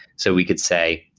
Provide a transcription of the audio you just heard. so we could say,